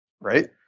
Right